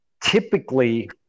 typically